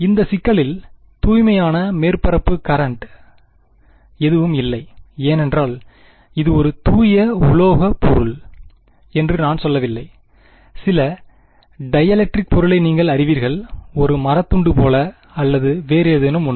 இந்த சிக்கலில் தூய்மையான மேற்பரப்பு கரெண்ட் எதுவும் இல்லை ஏனென்றால் இது ஒரு தூய உலோக பொருள் குறிப்பு நேரம்0526 என்று நான் சொல்லவில்லை சில டைஎலெக்ட்ரிக் பொருளை நீங்கள் அறிவீர்கள் ஒரு மர துண்டு போல அல்லது வேறேதேனும் ஒன்று